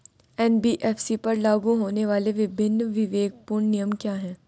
NBFC पर लागू होने वाले विभिन्न विवेकपूर्ण नियम क्या हैं?